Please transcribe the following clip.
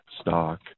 stock